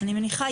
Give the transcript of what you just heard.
אני מניחה,